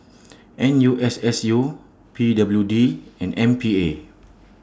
N U S S U P W D and M P A